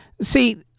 See